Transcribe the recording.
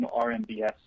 RMBS